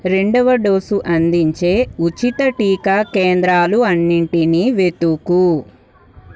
రెండవ డోసు అందించే ఉచిత టీకా కేంద్రాలు అన్నింటిని వెతుకు